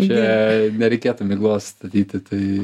čia nereikėtų miglos statyti tai